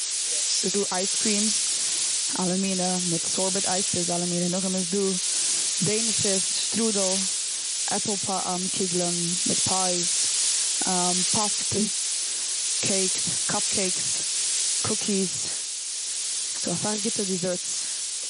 ס'איז דא אייז קרימס אלע מינע, מיט ס'ארבעט אייסיס אלע מינע. נאך דעם איז דא דענישעס, שטרודל, עפל פ' קיגלען, מיט פייס, פאפט קעיקס, קאפ קעיקס, קוקיס. ס'איז דא אסאך גוטע דיזערטס.